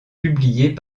publiées